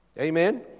Amen